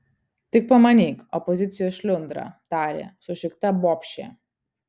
tik pamanyk opozicijos šliundra tarė sušikta bobšė